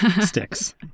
sticks